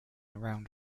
around